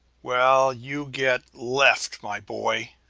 well, you get left, my boy!